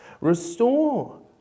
restore